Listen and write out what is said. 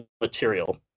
material